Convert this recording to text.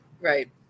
Right